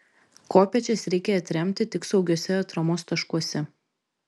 kopėčias reikia atremti tik saugiuose atramos taškuose